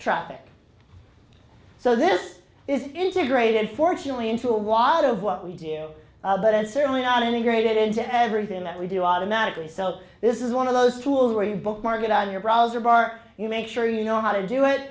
traffic so this is integrated fortunately into a wad of what we do but it's certainly not integrated into everything that we do automatically so this is one of those tools where you bookmark it on your browser bar you make sure you know how to do it